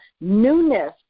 newness